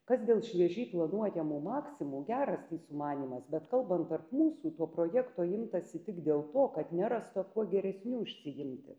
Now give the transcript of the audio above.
kas dėl šviežiai planuojamų maksimų geras tai sumanymas bet kalbant tarp mūsų tuo projekto imtasi tik dėl to kad nerasta kuo geresniu užsiimti